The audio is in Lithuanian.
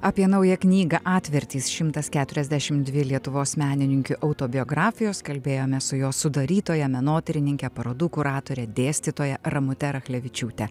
apie naują knygą atvertys šimtas keturiasdešim dvi lietuvos menininkių autobiografijos kalbėjomės su jos sudarytoja menotyrininke parodų kuratore dėstytoja ramute rachlevičiūte